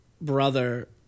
brother